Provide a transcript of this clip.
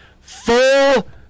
full